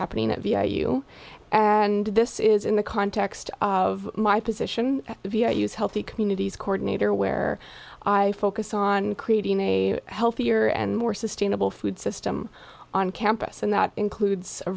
happening at via you and this is in the context of my position via use healthy communities coordinator where i focus on creating a healthier and more sustainable food system on campus and that includes a